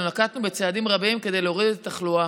נקטנו צעדים רבים כדי להוריד את התחלואה.